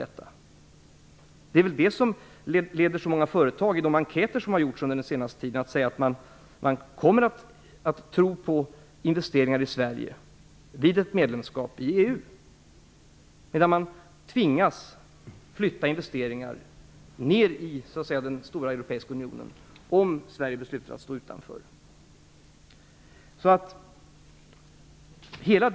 Det är väl det som leder så många företag i de enkäter som har gjorts under den senaste tiden att säga att man tror på investeringar i Sverige vid ett medlemskap i EU, medan man tvingas flytta investeringar ned i den stora europeiska unionen om Sverige beslutar sig för att stå utanför.